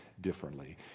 differently